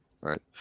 right